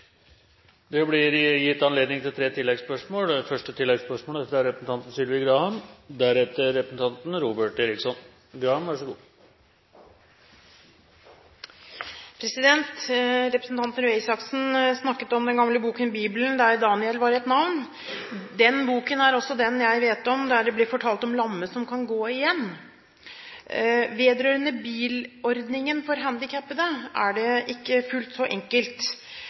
Det blir gitt anledning til tre oppfølgingsspørsmål – først Sylvi Graham. Representanten Røe Isaksen snakket om den gamle boken Bibelen hvor Daniel er et navn. Den boken er også den jeg vet om hvor det blir fortalt om lamme som kan gå igjen. Når det gjelder bilordningen for handikappede, er det ikke fullt så enkelt.